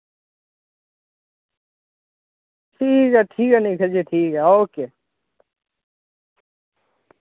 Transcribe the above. ठीक ऐ ठीक ऐ नेईं जे फिर ठीक ऐ ओके